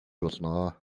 болно